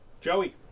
Joey